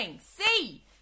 See